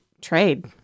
trade